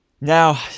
Now